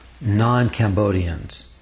non-Cambodians